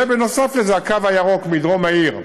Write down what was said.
בנוסף לזה, הקו הירוק, מדרום העיר לצפונה,